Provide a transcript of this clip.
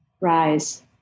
rise